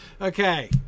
Okay